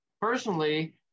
personally